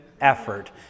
effort